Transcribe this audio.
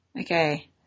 Okay